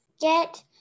Get